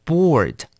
Bored